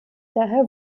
daher